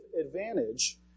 advantage